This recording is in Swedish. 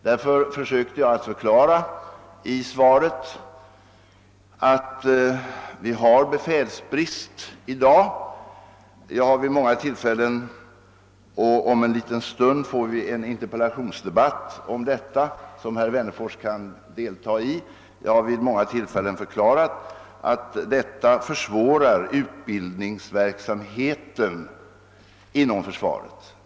Därför försökte jag att i svaret förklara att det i dag råder befälsbrist, och jag har vid många tillfällen — och om en liten stund får vi i detta ämne en interpellationsdebatt, som herr Wennerfors kan delta i — framhållit att detta försvårar utbildningsverksamheten inom försvaret.